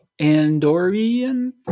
Andorian